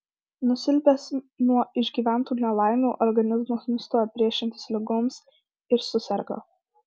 nusilpęs nuo išgyventų nelaimių organizmas nustoja priešintis ligoms ir suserga